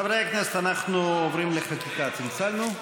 חברי הכנסת, אנחנו עוברים לחקיקה, צלצלנו?